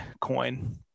coin